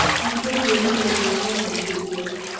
i suppose you will be there in reality in a few days?